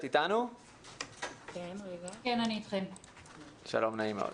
שלום לך,